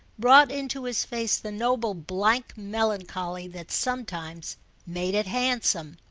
brought into his face the noble blank melancholy that sometimes made it handsome.